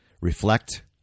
Reflect